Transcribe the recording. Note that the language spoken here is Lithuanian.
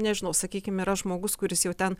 nežinau sakykim yra žmogus kuris jau ten